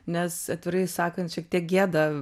nes atvirai sakant šiek tiek gėda